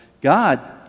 God